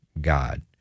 God